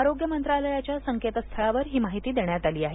आरोग्य मंत्रालयाच्या संकेत स्थळावर ही माहिती देण्यात आली आहे